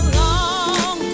long